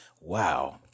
Wow